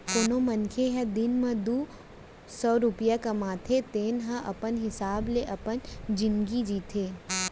कोनो मनसे ह दिन म दू सव रूपिया कमाथे तेन ह अपन हिसाब ले अपन जिनगी जीथे